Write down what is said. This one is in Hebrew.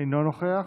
אינו נוכח,